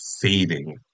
fading